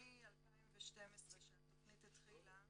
מ-2012 כשהתכנית התחילה,